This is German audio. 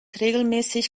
regelmäßigen